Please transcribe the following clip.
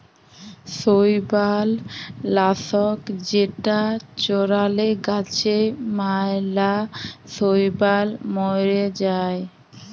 শৈবাল লাশক যেটা চ্ড়ালে গাছে ম্যালা শৈবাল ম্যরে যায়